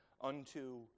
unto